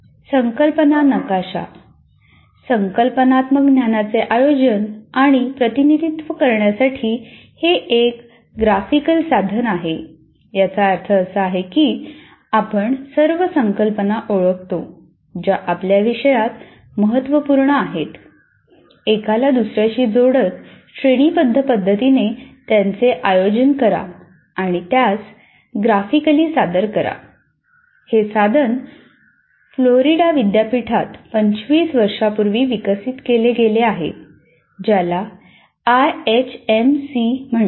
संकल्पना नकाशा संकल्पनात्मक ज्ञानाचे आयोजन आणि प्रतिनिधित्व करण्यासाठी हे एक ग्राफिकल म्हणतात